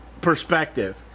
perspective